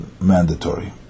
mandatory